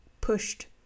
pushed